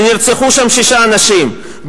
שם נרצחו שישה אנשים,